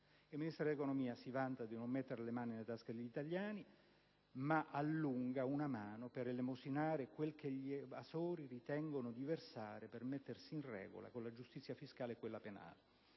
Il Ministro dell'economia si vanta di non mettere le mani nelle tasche degli italiani, ma allunga una mano per elemosinare quello che gli evasori ritengono di versare per mettersi in regola con la giustizia fiscale e con quella penale.